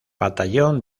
batallón